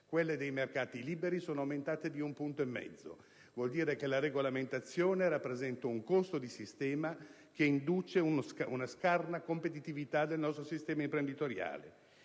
quelle dei mercati liberi sono aumentate di un punto e mezzo: vuol dire che la regolamentazione rappresenta un costo di sistema, che induce una scarna competitività del nostro sistema imprenditoriale.